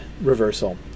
reversal